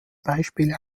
beispiele